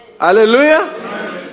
Hallelujah